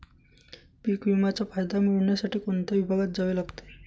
पीक विम्याचा फायदा मिळविण्यासाठी कोणत्या विभागात जावे लागते?